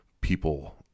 people